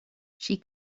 she